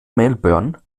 melbourne